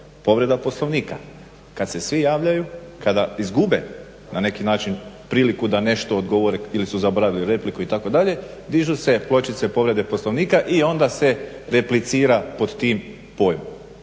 povreda Poslovnika. Kada se svi javljaju, kada izgube na neki način priliku da nešto odgovore ili su zaboravili, repliku itd., dižu se pločice povrede Poslovnika i onda se replicira pod tim pojmom.